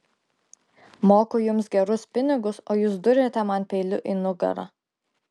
moku jums gerus pinigus o jūs duriate man peiliu į nugarą